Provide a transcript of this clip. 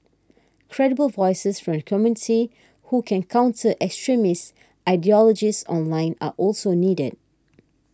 credible voices from the community who can counters extremists ideologies online are also needed